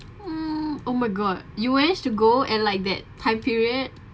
mm oh my god you managed to go and like that time period